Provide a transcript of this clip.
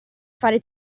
fare